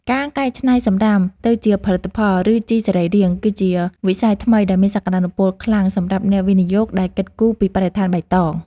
ការកែច្នៃសំរាមទៅជាផលិតផល ឬជីសរីរាង្គគឺជាវិស័យថ្មីដែលមានសក្តានុពលខ្លាំងសម្រាប់អ្នកវិនិយោគដែលគិតគូរពីបរិស្ថានបៃតង។